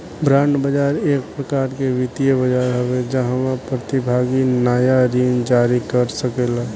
bond बाजार एक प्रकार के वित्तीय बाजार हवे जाहवा प्रतिभागी नाया ऋण जारी कर सकेला